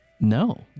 No